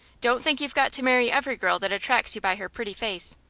don't think you've got to marry every girl that attracts you by her pretty face.